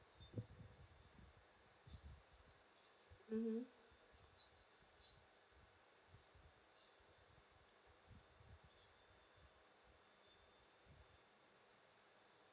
mm